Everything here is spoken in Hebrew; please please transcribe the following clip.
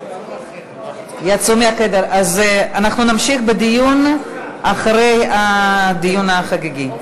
אנחנו נמשיך בדיון אחרי הדיון החגיגי.